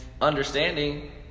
understanding